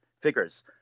figures